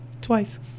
Twice